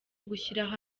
gushyiraho